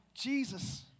Jesus